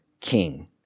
king